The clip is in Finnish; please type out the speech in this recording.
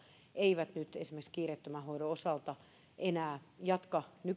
eivät nyt esimerkiksi kiireettömän hoidon osalta enää jatka